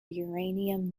uranium